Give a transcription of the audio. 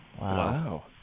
Wow